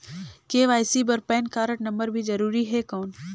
KYC बर PAN card number भी जरूरी हे कौन?